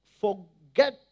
forget